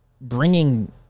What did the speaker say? bringing